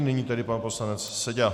Nyní tedy pan poslanec Seďa.